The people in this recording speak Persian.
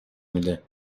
میده